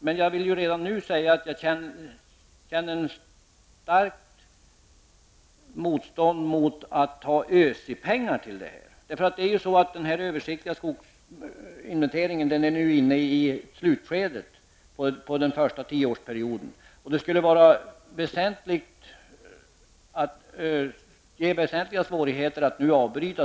Men jag vill redan nu säga att jag känner starkt motstånd mot att ta ÖSI-pengar till detta. Den översiktliga skogsinventeringen är nu inne i slutskedet av den första tioårsperioden. Att nu avbryta den skulle medföra väsentliga svårigheter.